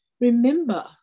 remember